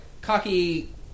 cocky